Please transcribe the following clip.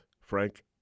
Frank